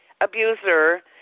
abuser